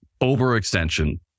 overextension